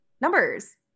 numbers